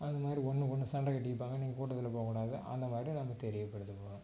அது மாதிரி ஒன்றும் ஒன்றும் சண்டை கட்டிப்பாங்க நீங்கள் கூட்டத்தில் போகக்கூடாது அந்த மாதிரி நம்ம தெரியப்படுத்திக்கணும்